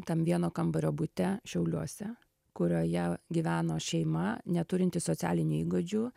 tam vieno kambario bute šiauliuose kurioje gyveno šeima neturinti socialinių įgūdžių